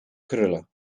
krullen